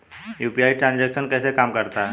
UPI transaction कैसे काम करता है?